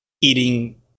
eating